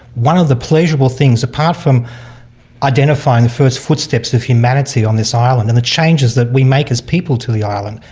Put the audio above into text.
one of the pleasurable things, apart from identifying the first footsteps of humanity on this island and the changes that we make as people to the island,